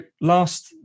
last